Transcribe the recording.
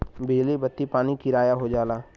बिजली बत्ती पानी किराया हो जाला